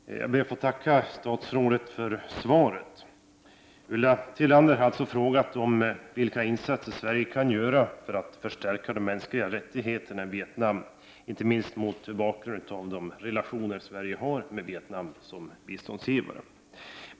Fru talman! Jag ber att få tacka statsrådet för svaret. Ulla Tillander har alltså frågat vilka insatser Sverige kan göra för att förstärka de mänskliga rättigheterna i Vietnam, inte minst mot bakgrund av de relationer som Sverige som biståndsgivare har med Vietnam.